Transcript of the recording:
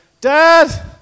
dad